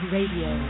Radio